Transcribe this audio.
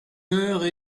heure